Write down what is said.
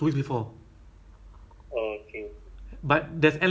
actually both both both about the same ah one week difference I think